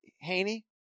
Haney